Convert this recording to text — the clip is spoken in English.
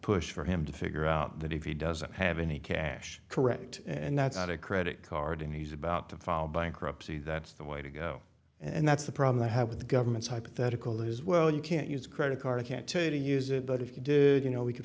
push for him to figure out that he doesn't have any cash correct and that's not a credit card and he's about to fall bankruptcy that's the way to go and that's the problem i have with the government's hypothetical is well you can't use credit cards can't tell you to use it but if you do you know we can